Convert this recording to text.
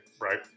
right